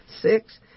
Six